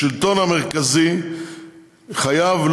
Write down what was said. השלטון המרכזי חייב,